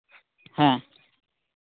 ᱦᱮᱸ